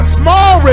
small